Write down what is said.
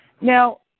Now